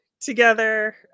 together